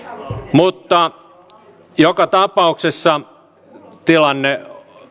mutta joka tapauksessa tilanne